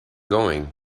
going